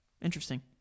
Interesting